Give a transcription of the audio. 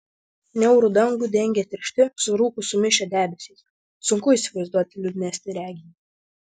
niaurų dangų dengė tiršti su rūku sumišę debesys sunku įsivaizduoti liūdnesnį reginį